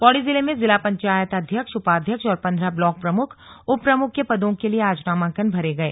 पौड़ी जिले में जिला पंचायत अध्यक्ष उपाध्यक्ष और पन्द्रह ब्लॉक प्रमुख उप प्रमुख के पदों के लिए आज नामांकन भरे गए